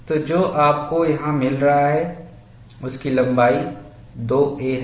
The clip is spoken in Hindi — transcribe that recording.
तो जो आपको यहां मिल रहा है उसकी लंबाई 2a है